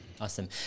Awesome